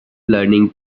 learning